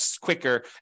quicker